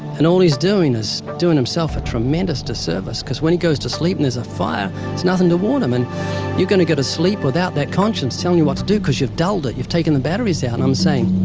and all he's doing is doing himself a tremendous disservice, cause when he goes to sleep and there's a fire, there's nothing to warn him. and you're going to go to sleep without that conscience telling you what to do cause you've dulled it. you've taken the batteries out. and i'm saying,